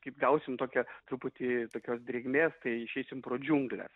kaip gausim tokią truputį tokios drėgmės tai išeisim pro džiungles